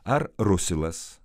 ar rusilas